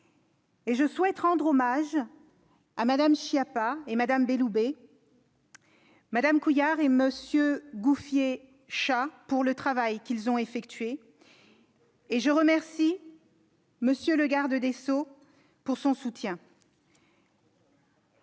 Je souhaite rendre hommage à Mme Schiappa et Mme Belloubet, Mme Couillard et M. Gouffier-Cha pour le travail qu'ils ont effectué, et je remercie M. le garde des sceaux de son soutien.